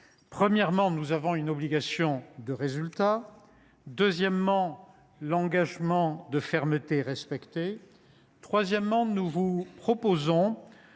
Premièrement, nous avons une obligation de résultat ; deuxièmement, notre engagement de fermeté a été respecté ; troisièmement, nous vous proposons